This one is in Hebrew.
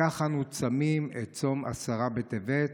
על כך אנו צמים את צום עשרה בטבת,